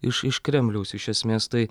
iš iš kremliaus iš esmės tai